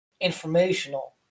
informational